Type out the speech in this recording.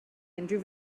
unrhyw